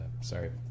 Sorry